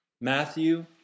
Matthew